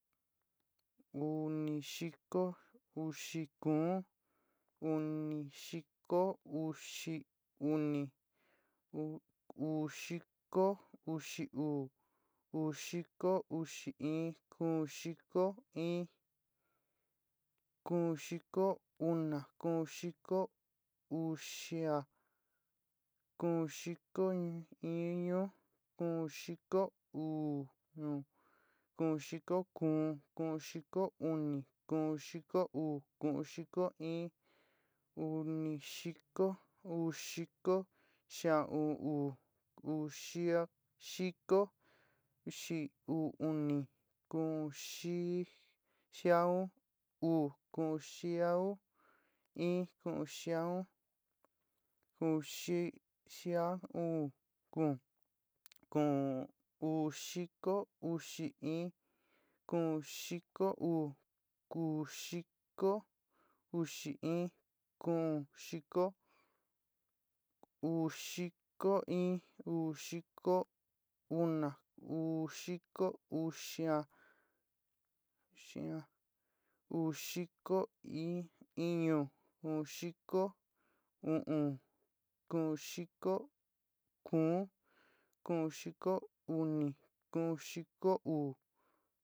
Unixiko uxi kuún, uni xiko uxi uni, uú xiko uxi uú, uú xiko uxi in, kuún xiko in, kuún xiko úna, kuún xiko uxia, kuún xiko iñú. kuún xiko uú ñú, kuún xiko kuún. kuún xiko uni. kuún xiko uú, kuún xiko in, uni xiko, uú xiko, xiau'un u'u, uxia xiko xii uú uni, kuún xi xiaún uú, kuún xiau in, kuún xiaun, uxi xiaún kuún, kuún, uú xiko uxi in, kuún xiko uú, kuún xiko uxi in, kuún xiko, uú xiko in, uú xiko una. uú xiko uxia, uxia, uú xiko in iñu, uuxiko u'unkuún xiko kuún kuún xiko uni, kuún xiko uú.